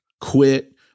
quit